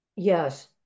Yes